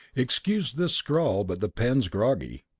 excuse this scrawl, but the pen's groggy.